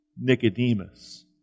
Nicodemus